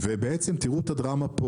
תראו את הדרמה פה